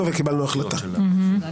בוקר טוב.